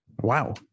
Wow